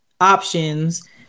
options